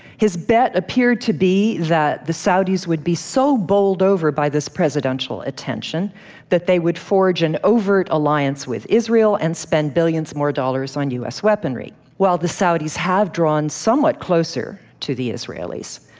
his bet appeared to be that the saudis would be so bowled over by this presidential attention that they would forge an overt alliance with israel and spend billions more dollars on u. s. weaponry. while the saudis have drawn somewhat closer to the israelis,